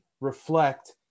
reflect